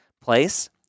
place